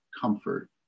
comfort